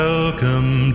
Welcome